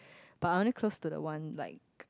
but I only close to the one like